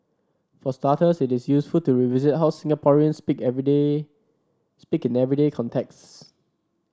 for starters it is useful to revisit how Singaporeans speak everyday speak in everyday contexts